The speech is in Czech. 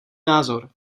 názor